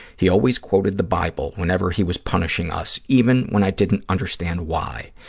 he always quoted the bible whenever he was punishing us, even when i didn't understand why.